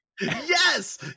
Yes